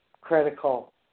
critical